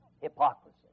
hypocrisy